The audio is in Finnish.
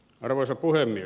arvoisa puhemies